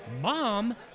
Mom